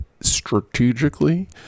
strategically